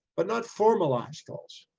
but not formalized goals.